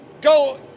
go